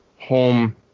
home